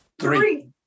Three